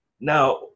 Now